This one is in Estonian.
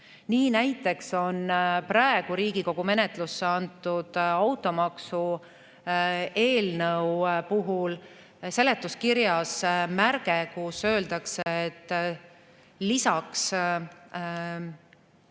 Nii näiteks on praegu Riigikogu menetlusse antud automaksu eelnõu puhul seletuskirjas märge, kus öeldakse, et lisaks